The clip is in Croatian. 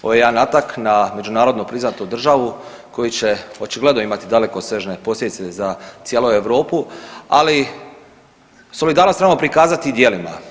Ovo je jedan atak na međunarodno priznati državu koji će očigledno imati dalekosežne posljedice za cijelu Europu, ali solidarnost trebamo prikazati djelima.